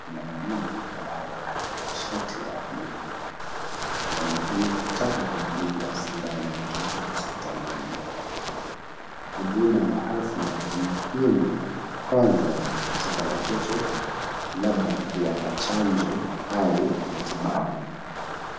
Mama huyu ambaye amevaa shati ya buluu, anaonekana kutaka kumdunga sindano mtoto hospitalini. Huduma ya afya ni muhimu kwanza katika watoto, labda kwa chanjo au matibabu.